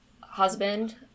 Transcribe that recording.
husband